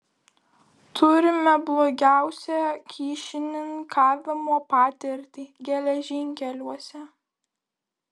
turime blogiausią kyšininkavimo patirtį geležinkeliuose